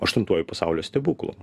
aštuntuoju pasaulio stebuklu